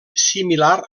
similar